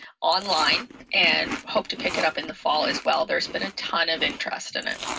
online and hope to pick it up in the fall, as well. there's been a ton of interest in it.